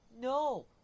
no